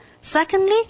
secondly